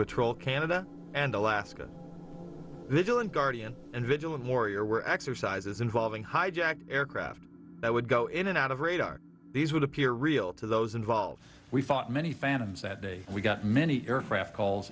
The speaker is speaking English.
patrol canada and alaska vigilant guardian and vigilant warrior were exercises involving hijacked aircraft that would go in and out of radar these would appear real to those involved we fought many phantoms that day we got many aircraft calls